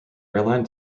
airline